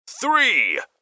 three